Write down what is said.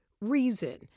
reason